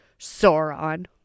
Sauron